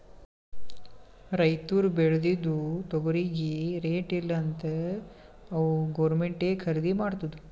ರೈತುರ್ ಬೇಳ್ದಿದು ತೊಗರಿಗಿ ರೇಟ್ ಇಲ್ಲ ಅಂತ್ ಗೌರ್ಮೆಂಟೇ ಖರ್ದಿ ಮಾಡ್ತುದ್